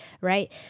Right